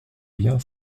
bien